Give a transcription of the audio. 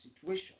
situation